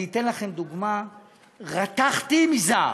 אתן לכם דוגמה, רתחתי מזעם: